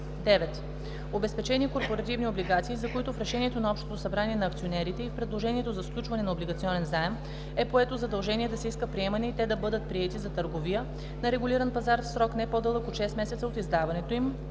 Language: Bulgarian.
9. обезпечени корпоративни облигации, за които в решението на общото събрание на акционерите и в предложението за сключване на облигационен заем е поето задължение да се иска приемане и те да бъдат приети за търговия на регулиран пазар в срок, не по-дълъг от 6 месеца от издаването им,